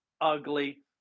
ugly